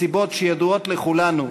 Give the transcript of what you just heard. מסיבות שידועות לכולנו,